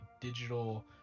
digital